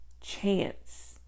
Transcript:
chance